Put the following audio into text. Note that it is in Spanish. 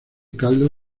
caldo